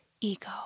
ego